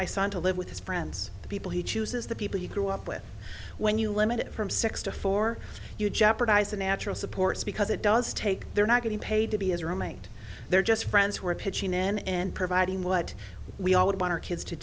my son to live with his friends the people he chooses the people he grew up with when you limit it from six to four you jeopardize a natural supports because it does take they're not getting paid to be as a roommate they're just friends who are pitching in and providing what we all would want our kids to